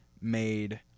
made